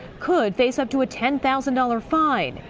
could face up to a ten thousand dollars fine.